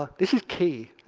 this is key.